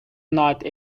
not